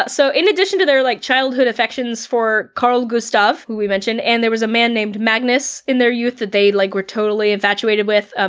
but so much. in addition to their, like childhood affections for karl gustav, who we mentioned, and there was a man named magnus in their youth that they like were totally infatuated with, ah